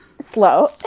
slow